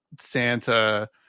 Santa